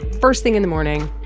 first thing in the morning,